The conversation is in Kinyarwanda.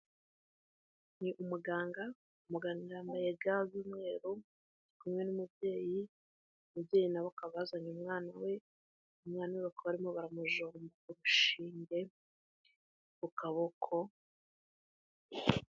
Ni umuganga, Umuga akaba yambaye ga z'umweru, ndi kumwe n'umubyeyi, umubyeyi nawe akaba yazanye umwana we, umwana bakaba bari kumujomba urushinge ku kuboko.